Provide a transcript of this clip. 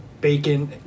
bacon